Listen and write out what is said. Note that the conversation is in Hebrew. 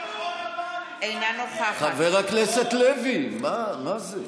אינה נוכחת חבר הכנסת לוי, מה זה?